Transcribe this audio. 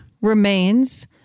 remains